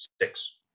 six